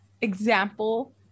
example